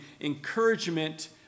encouragement